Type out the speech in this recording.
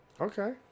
Okay